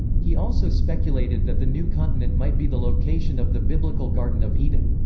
he also speculated that the new continent might be the location of the biblical garden of eden.